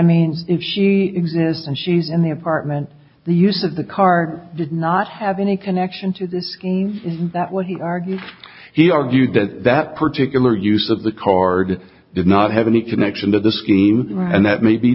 mean is she exists and she's in the apartment the use of the car did not have any connection to the schemes that what he argued he argued that that particular use of the card did not have any connection to the scheme and that may be